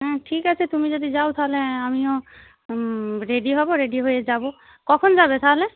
হ্যাঁ ঠিক আছে তুমি যদি যাও তা হলে আমিও রেডি হব রেডি হয়ে যাব কখন যাবে তা হলে